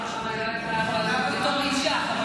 בתור אישה היא לא הייתה יכולה להיות חברת כנסת,